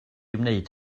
wneud